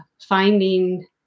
finding